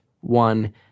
one